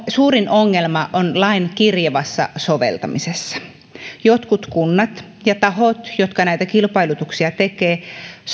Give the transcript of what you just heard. suurin ongelma on lain kirjavassa soveltamisessa jotkut kunnat ja tahot jotka näitä kilpailutuksia tekevät